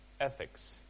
ethics